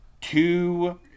two